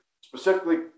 specifically